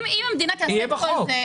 שיהיה בחוק.